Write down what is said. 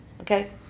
okay